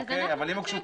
אבל אם הוגשו